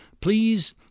please